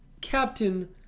Captain